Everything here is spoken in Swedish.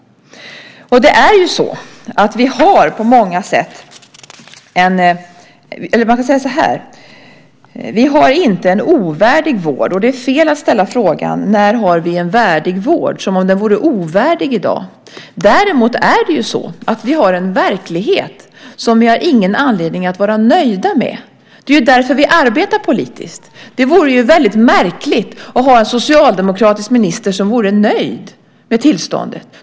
Vi har inte en ovärdig vård. Det är fel att ställa frågan när vi har en värdig vård som om den vore ovärdig i dag. Däremot har vi en verklighet som vi inte har någon anledning att vara nöjda med. Det är ju därför vi arbetar politiskt. Det vore väldigt märkligt att ha en socialdemokratisk minister som var nöjd med tillståndet.